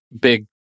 big